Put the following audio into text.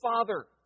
father